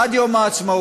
עד יום העצמאות,